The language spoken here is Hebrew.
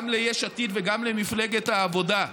גם ליש עתיד וגם למפלגת העבודה,